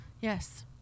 Yes